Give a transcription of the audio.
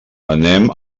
anem